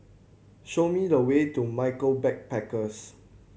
show me the way to Michael Backpackers